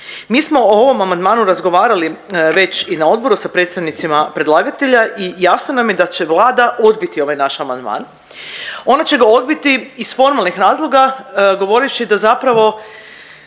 Mi smo o ovom amandmanu razgovarali već i na odboru sa predstavnicima predlagatelja i jasno nam je da će Vlada odbiti ovaj naš amandman, ona će ga odbiti iz formalnih razloga govoreći da zapravo